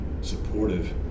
supportive